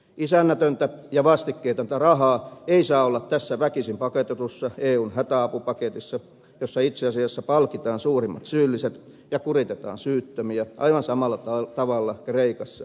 isännätöntä ja vastikkeetonta rahaa ei saa olla tässä väkisin paketoidussa eun hätäapupaketissa jossa itse asiassa palkitaan suurimmat syylliset ja kuritetaan syyttömiä aivan samalla tavalla kreikassa kuin kotimassakin